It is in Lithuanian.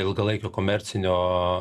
ilgalaikio komercinio